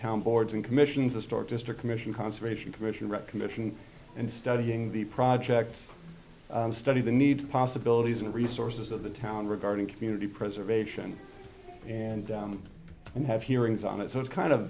town boards and commissions historic district commission conservation commission recommendation and studying the projects and study the needs possibilities and resources of the town regarding community preservation and and have hearings on it so it's kind of